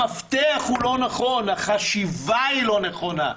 המפתח לא נכון, החשיבה לא נכונה.